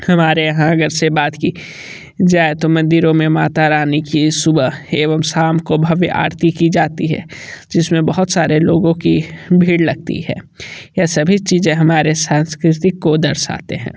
हमारे यहाँ अगर से बात की जाए तो मंदिरों में माता रानी की सुबह एवं शाम को भव्य आरती की जाती है जिसमें बहुत सारे लोगों की भीड़ लगती है यह सभी चीज़ें हमारे सांस्कृतिक को दर्शाते हैं